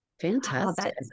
Fantastic